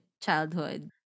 childhood